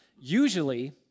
Usually